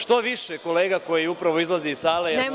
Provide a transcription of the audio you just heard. Što više kolega, koji upravo izlazi iz sale, ova tema…